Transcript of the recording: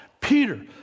Peter